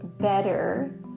better